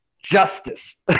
Justice